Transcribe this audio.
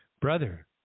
brother